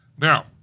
Now